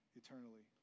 eternally